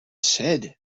said